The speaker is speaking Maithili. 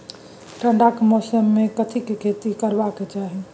ठंडाक मौसम मे कथिक खेती करबाक चाही?